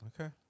okay